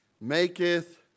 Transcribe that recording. maketh